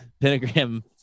pentagram